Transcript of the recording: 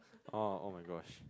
orh [oh]-my-gosh